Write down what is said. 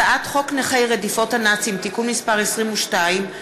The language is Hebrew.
הצעת חוק נכי רדיפות הנאצים (תיקון מס' 22),